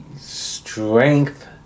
strength